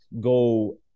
go